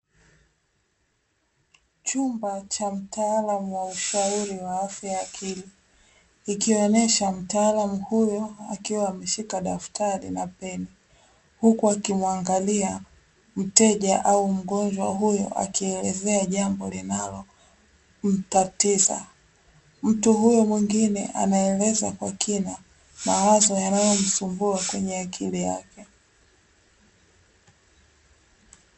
Chumba cha mtaalamu wa ushauri wa afya ya akili, ikionesha mtaalamu huyo akiwa ameshika daftari na peni, huku akimwangalia mteja au mgonjwa huyo akielezea jambo linalomtatiza. Mtu huyo mwingine anaeleza kwa kina, mawazo yanayomsumbua kwenye akili yake.